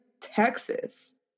texas